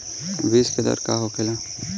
बीज के दर का होखेला?